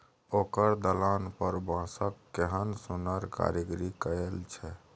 ओकर दलान पर बांसक केहन सुन्नर कारीगरी कएल छै